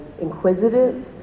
inquisitive